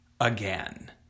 again